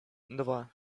два